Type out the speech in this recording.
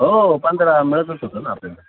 हो पंधरा मिळतच होतं ना आपल्याला